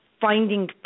finding